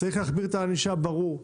להגביר את הענישה, זה ברור.